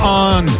on